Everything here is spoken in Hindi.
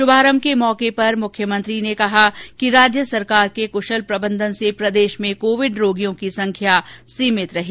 शुभारंभ के मौके पर मुख्यमंत्री ने कहा कि राज्य सरकार के क्शल प्रबन्धन से प्रदेश में कोविड रोगियों की संख्या सीमित रही